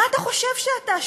מה אתה חושב שאתה?